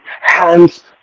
hands